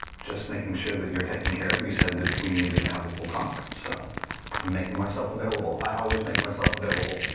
just making sure that you're taken care of. you said that we needed to have a little talk, so, i'm making myself available. i always make myself available.